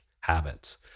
Habits